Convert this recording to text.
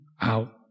out